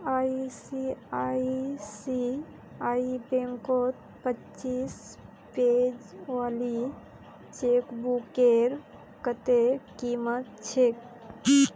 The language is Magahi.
आई.सी.आई.सी.आई बैंकत पच्चीस पेज वाली चेकबुकेर कत्ते कीमत छेक